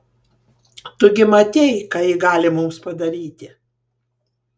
tu gi matei ką ji gali mums padaryti